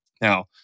Now